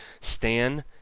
Stan